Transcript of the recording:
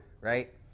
right